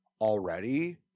already